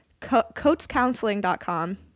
CoatsCounseling.com